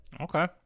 Okay